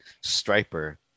striper